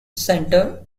center